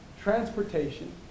transportation